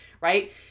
right